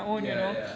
ya ya